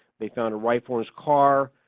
they found a rifle in his car,